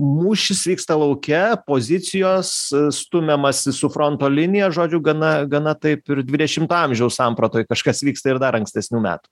mūšis vyksta lauke pozicijos stumiamasi su fronto linija žodžiu gana gana taip ir dvidešimto amžiaus sampratoj kažkas vyksta ir dar ankstesnių metų